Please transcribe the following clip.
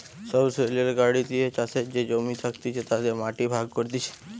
সবসৈলের গাড়ি দিয়ে চাষের যে জমি থাকতিছে তাতে মাটি ভাগ করতিছে